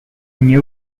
new